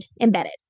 Embedded